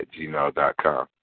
gmail.com